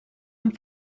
amb